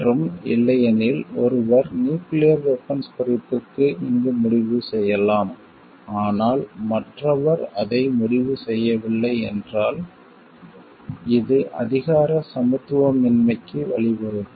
மற்றும் இல்லையெனில் ஒருவர் நியூக்கிளியர் வெபன்ஸ் குறைப்புக்கு இங்கு முடிவு செய்யலாம் ஆனால் மற்றவர் அதை முடிவு செய்யவில்லை என்றால் இது அதிகார சமத்துவமின்மைக்கு வழிவகுக்கும்